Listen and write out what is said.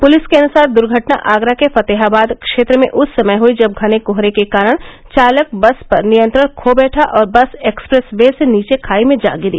police के अनुसार दुर्घटना आगरा के फतेहाबाद क्षेत्र में उस समय हई जब घने कोहरे के कारण चालक बस पर नियंत्रण खो बैठा और बस एक्सप्रेस वे से नीचे खाई में जा गिरी